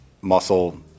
muscle